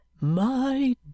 My